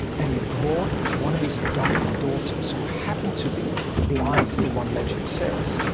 and he brought one of his adopted daughters who happened to be blind, the one legend says,